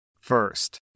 First